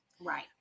Right